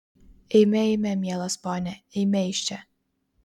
eime eime mielas pone eime iš čia